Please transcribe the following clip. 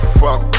fuck